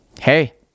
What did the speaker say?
hey